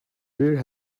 beer